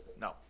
No